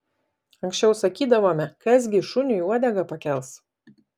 anksčiau sakydavome kas gi šuniui uodegą pakels